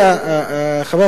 חבר הכנסת כבל,